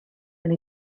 and